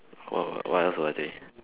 wha~ what would I take